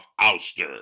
ouster